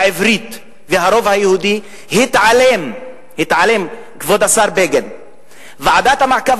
ואני אתרגם: אֵלְעַדְלֻ